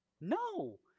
no